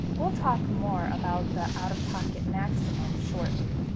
we'll talk more about the out-of-pocket maximum shortly.